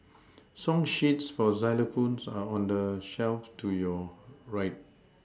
song sheets for xylophones are on the shelf to your right